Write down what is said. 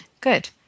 good